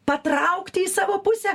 patraukti į savo pusę